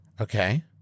Okay